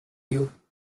you